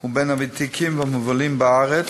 הוא בין הוותיקים והמובילים בארץ,